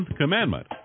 commandment